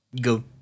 go